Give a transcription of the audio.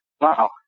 wow